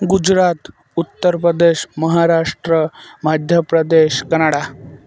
Gujarat Uttar Pradesh Maharashtra Madhya Pradesh Canada